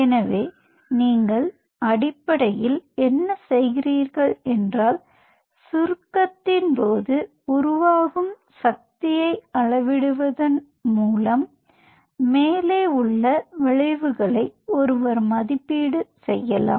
எனவே நீங்கள் அடிப்படையில் என்ன செய்கிறீர்கள் என்றால் சுருக்கத்தின் போது உருவாகும் சக்தியை அளவிடுவதன் மூலம் மேலே உள்ள விளைவுகளை ஒருவர் மதிப்பீடு செய்யலாம்